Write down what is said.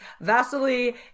Vasily